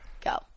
Go